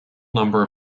number